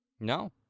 No